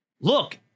look